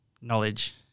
knowledge